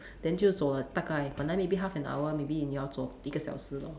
then 就走了大概本来 maybe half an hour maybe 你要走一个小时 lor